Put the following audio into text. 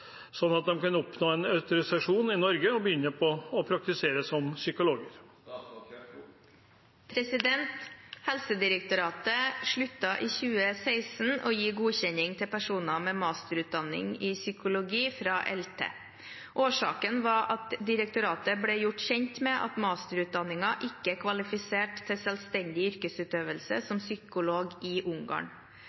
at de kan oppnå en autorisasjon i Norge og begynne å praktisere som psykologer?» Helsedirektoratet sluttet i 2016 å gi godkjenning til personer med masterutdanning i psykologi fra Eötvös Loránd-universitetet, ELTE. Årsaken var at direktoratet ble gjort kjent med at masterutdanningen ikke kvalifiserte til selvstendig yrkesutøvelse som psykolog i Ungarn.